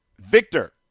Victor